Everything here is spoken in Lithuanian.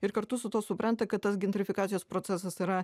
ir kartu su tuo supranta kad tas gentrifikacijos procesas yra